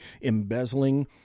embezzling